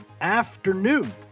afternoon